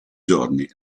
giorni